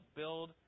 build